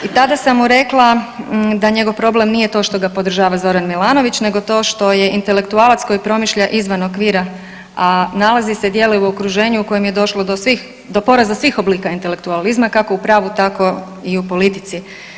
I tada sam mu rekla da njegov problem nije to što ga podržava Zoran Milanović nego to što je intelektualac koji promišlja izvan okvira, a nalazi se i djeluje u okruženju u kojem je došlo do svih, do poraza svih oblika intelektualizma kako u pravu, tako i u politici.